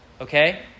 okay